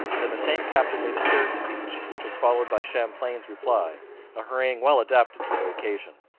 then the same captain made a third speech, which was followed by champlain's reply a harangue well adapted to the occasion.